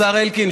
ועדת החינוך.